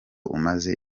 umaze